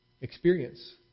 experience